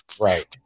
right